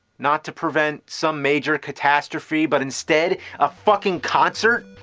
not to prevent some major catastrophe, but instead a fucking concert?